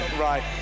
Right